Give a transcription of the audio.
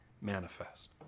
manifest